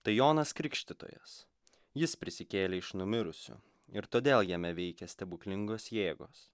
tai jonas krikštytojas jis prisikėlė iš numirusių ir todėl jame veikia stebuklingos jėgos